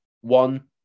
one